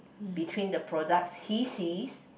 between the products he sees